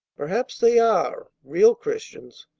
perhaps they are, real christians.